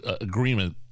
agreement